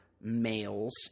Males